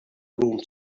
room